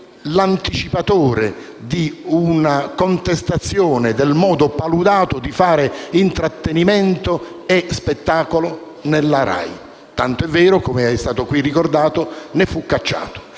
l'anticipatore di una contestazione, del modo paludato di fare intrattenimento e spettacolo nella RAI. Tanto è vero, come è stato qui ricordato, ne fu cacciato.